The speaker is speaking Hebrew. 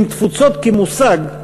עם תפוצות כמושג,